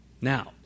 Now